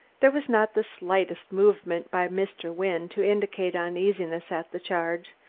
there was not the slightest movement by mr. wynne to indicate uneasiness at the charge,